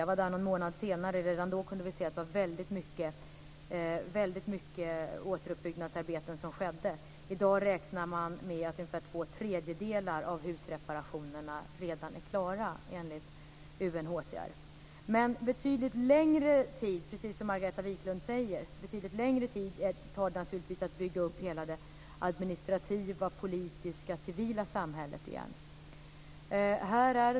Jag var där någon månad senare, och redan då kunde vi se att väldigt mycket återuppbyggnadsarbete pågick. I dag räknar man med att ungefär två tredjedelar av husreparationerna redan är klara, enligt UNHCR. Betydligt längre tid tar det naturligtvis att bygga upp hela det administrativa, politiska och civila samhället igen, precis som Margareta Viklund säger.